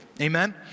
Amen